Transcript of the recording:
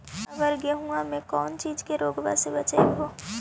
अबर गेहुमा मे कौन चीज के से रोग्बा के बचयभो?